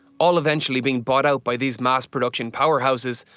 all eventually being bought out by these mass production power houses,